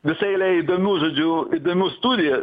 visa eilė įdomių žodžiu įdomių studijų